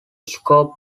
scope